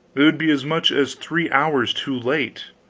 they would be as much as three hours too late.